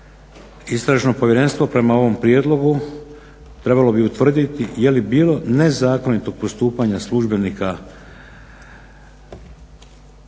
Istražno povjerenstvo prema ovom prijedlogu trebalo bi utvrditi jeli bilo nezakonitog postupanja službenika